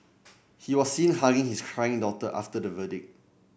he was seen hugging his crying daughter after the verdict